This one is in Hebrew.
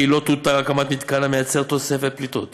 לא תותר הקמת מתקן המייצר תוספת פליטות